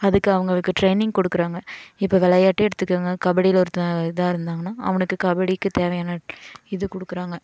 அதுக்கு அவர்களுக்கு ட்ரைனிங் கொடுக்குறாங்க இப்போ விளையாட்டே எடுத்துக்கங்க கபடியில் ஒருத்தன் இதாக இருந்தாங்கன்னால் அவனுக்கு கபடிக்கு தேவையான இது கொடுக்குறாங்க